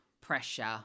pressure